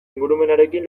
ingurumenarekin